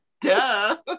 duh